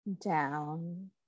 down